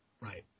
Right